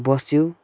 बस्यो